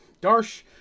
Darsh